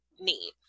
need